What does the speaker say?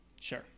Sure